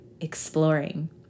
exploring